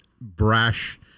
brash